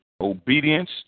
Obedience